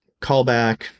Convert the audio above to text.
callback